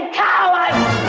cowards